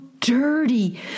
dirty